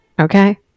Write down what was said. Okay